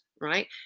right